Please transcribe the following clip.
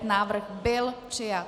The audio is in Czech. Návrh byl přijat.